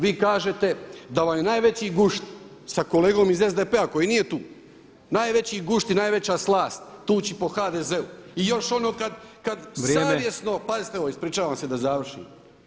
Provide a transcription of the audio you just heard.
Vi kažete da vam je najveći gušt sa kolegom iz SDP-a koji nije tu, najveći gušt i najveća slast tuči po HDZ-u i još ono kad savjesno [[Upadica Brkić: Vrijeme.]] pazite ovo, ispričavam se da završim.